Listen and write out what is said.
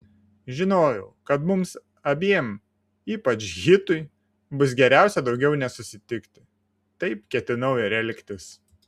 žinojau kad mums abiem ypač hitui bus geriausia daugiau nesusitikti taip ketinau ir elgtis